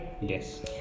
Yes